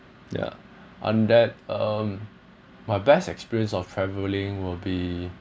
ya I'm that um my best experience of travelling will be